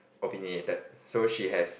opinionated so she has